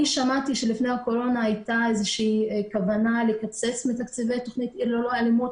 שמעתי שלפני הקורונה הייתה כוונה לקצץ מתקציבי תכנית עיר ללא אלימות,